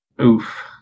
Oof